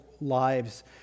lives